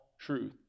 truth